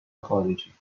خارجی